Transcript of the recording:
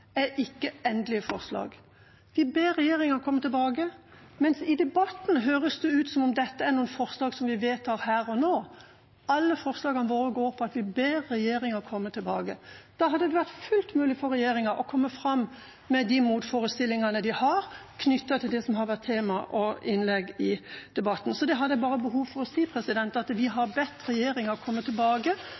ikke er endelige forslag. Vi ber regjeringa «komme tilbake», men i debatten høres det ut som om dette er forslag vi vedtar her og nå. Alle forslagene våre går ut på at vi ber regjeringa komme tilbake. Da hadde det vært fullt mulig for regjeringa å komme fram med de motforestillingene de har knyttet til det som har vært tema og innlegg i debatten. Jeg hadde bare behov for å si at vi har bedt regjeringa komme tilbake